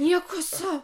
nieko sau